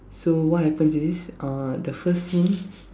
so what happen is uh the first scene